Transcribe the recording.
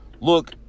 look